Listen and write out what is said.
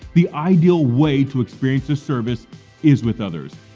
the ideal way to experience this service is with others.